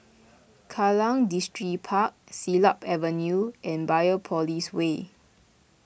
Kallang Distripark Siglap Avenue and Biopolis Way